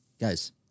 Guys